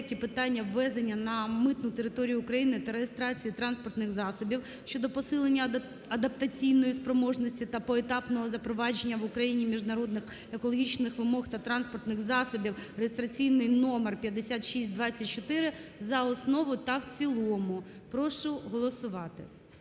деякі питання ввезення на митну територію України та реєстрації транспортних засобів" щодо посилення адаптаційної спроможності та поетапного запровадження в Україні міжнародних екологічних вимог до транспортних засобів (реєстраційний номер 5624) за основу та в цілому. Прошу голосувати.